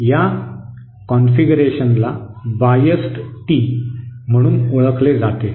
या ठेवणीला biased tee म्हणून ओळखले जाते